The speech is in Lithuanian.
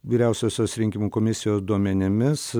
vyriausiosios rinkimų komisijos duomenimis